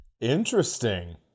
Interesting